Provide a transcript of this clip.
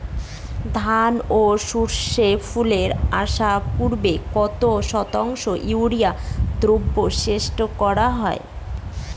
ধান ও সর্ষে ফুল আসার পূর্বে কত শতাংশ ইউরিয়া দ্রবণ স্প্রে করা হয়?